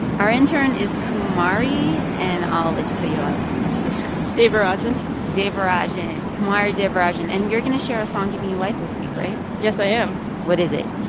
our intern is kumari and i'll let you say your last name devarajan devarajan. kumari devarajan. and you're going to share a song giving you life this week, right? yes, i am what is it?